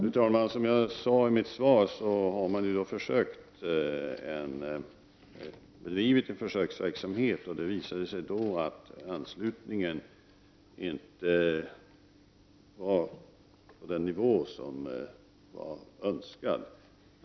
Fru talman! Som jag sade i mitt svar har försöksverksamhet bedrivits, men anslutningen var inte på den nivå som varit önskvärd.